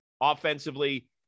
Offensively